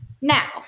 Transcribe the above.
now